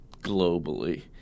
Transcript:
globally